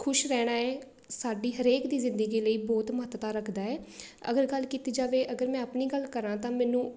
ਖੁਸ਼ ਰਹਿਣਾ ਏ ਸਾਡੀ ਹਰੇਕ ਦੀ ਜ਼ਿੰਦਗੀ ਲਈ ਬਹੁਤ ਮਹੱਤਤਾ ਰੱਖਦਾ ਹੈ ਅਗਰ ਗੱਲ ਕੀਤੀ ਜਾਵੇ ਅਗਰ ਮੈਂ ਆਪਣੀ ਗੱਲ ਕਰਾਂ ਤਾਂ ਮੈਨੂੰ